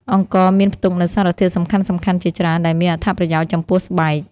អង្ករមានផ្ទុកនូវសារធាតុសំខាន់ៗជាច្រើនដែលមានអត្ថប្រយោជន៍ចំពោះស្បែក។